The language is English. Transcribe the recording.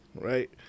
right